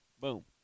boom